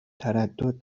تردد